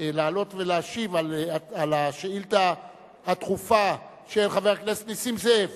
לעלות ולהשיב על השאילתא הדחופה של חבר הכנסת נסים זאב